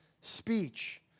speech